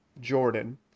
Jordan